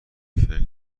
فکر